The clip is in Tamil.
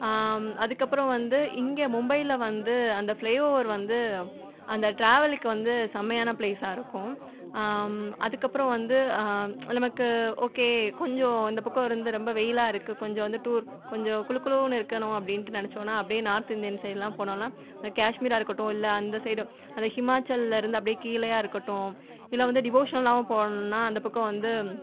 அதுக்கப்புறம் வந்து இங்கே மும்பையில் வந்து அந்த ஃபிளை ஓவர் வந்து அந்த ட்ராவலுக்கு வந்து செம்மையான ப்ளேஸாக இருக்கும் அதுக்கப்புறம் வந்து நமக்கு ஓகே கொஞ்சம் இந்த பக்கம் இருந்து ரொம்ப வெயிலாக இருக்குது கொஞ்சம் வந்து டூர் கொஞ்சம் குளு குளுன்னு இருக்கணும் அப்படின்ட்டு நினச்சோன்னா அப்படியே நார்த் இந்தியன் சைடுலெலாம் போனோன்னால் இந்த காஷ்மீராக இருக்கட்டும் இல்லை அந்த சைடு அந்த ஹிமாச்சலிலேருந்து அப்படியே கீழேயா இருக்கட்டும் இல்லை வந்து டிவோஷ்னலாகவும் போகணுன்னா அந்த பக்கம் வந்து